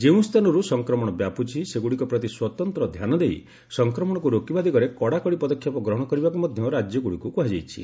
ଯେଉଁ ସ୍ଥାନରୁ ସଂକ୍ରମଣ ବ୍ୟାପୁଛି ସେଗୁଡ଼ିକ ପ୍ରତି ସ୍ୱତନ୍ତ ଧ୍ୟାନ ଦେଇ ସଂକ୍ରମଣକୁ ରୋକିବା ଦିଗରେ କଡ଼ାକଡ଼ି ପଦକ୍ଷେପ ଗ୍ରହଣ କରିବାକୁ ମଧ୍ୟ ରାଜ୍ୟଗୁଡ଼ିକୁ କୁହାଯାଇଛି